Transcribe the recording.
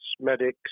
medics